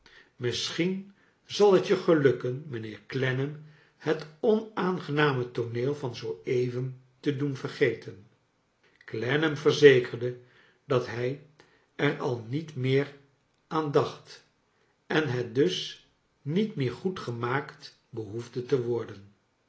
misschien zal het je gelnkken mijnheer clennam het onaangename tooneel van zoo even te doen verge ten clennam verzekerde dat hij er al niet sneer aan dacht en het dus niet meer goeclgemaakt behoefde te worden